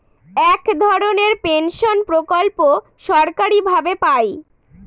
এক ধরনের পেনশন প্রকল্প সরকারি ভাবে পাই